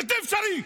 בלתי אפשרי.